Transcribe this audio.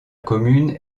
commune